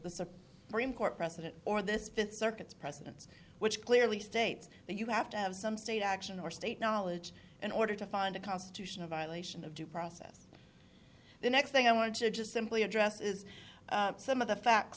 supreme court precedent or this fits circuits precedence which clearly states that you have to have some state action or state knowledge in order to find a constitution a violation of due process the next thing i want to just simply address is some of the fact